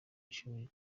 ishuri